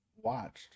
watched